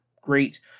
great